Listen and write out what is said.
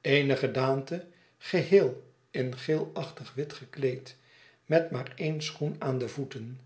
eene gedaante geheel in geelachtig wit gekleed met maar een schoen aan de voeten